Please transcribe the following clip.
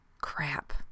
crap